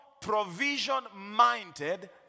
provision-minded